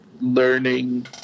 learning